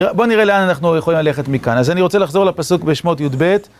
בוא נראה לאן אנחנו יכולים ללכת מכאן, אז אני רוצה לחזור לפסוק בשמות יב.